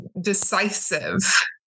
decisive